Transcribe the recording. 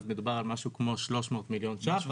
מדובר על משהו כמו 300 מיליון שקלים,